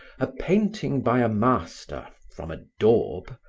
a painting by a master from a daub,